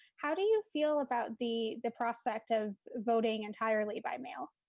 how do you feel about the the prospect of voting entirely by mail?